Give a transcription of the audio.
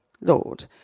Lord